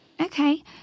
Okay